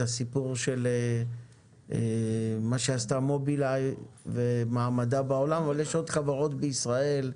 מה עשתה "מובילאיי" ומעמדה בעולם אבל יש עוד חברות שפועלות בישראל.